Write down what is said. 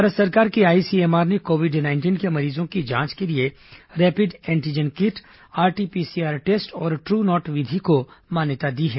भारत सरकार के आईसीएमआर ने कोविड नाइंटीन के मरीजों की जांच के लिए rapid antigen kit RTPCR test और ट्रू नॉट विधि को मान्यता दी है